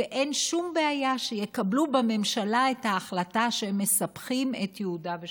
ואין שום בעיה שיקבלו בממשלה את ההחלטה שמספחים את יהודה ושומרון.